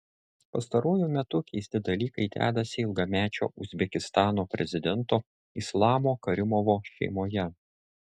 pastaruoju metu keisti dalykai dedasi ilgamečio uzbekistano prezidento islamo karimovo šeimoje